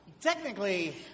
Technically